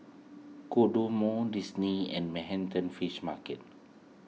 Kodomo Disney and Manhattan Fish Market